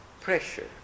pressure